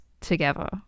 together